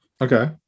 Okay